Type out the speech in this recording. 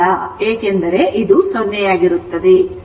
ಏಕೆಂದರೆ ಇದು 0 ಆಗಿರುತ್ತದೆ